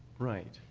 right.